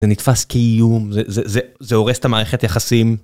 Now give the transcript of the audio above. זה נתפס כאיום, זה הורס את המערכת יחסים.